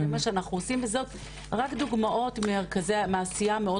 זה מה שאנחנו עושים וזאת רק דוגמאות מהעשייה המאוד